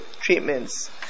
treatments